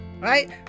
right